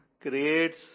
creates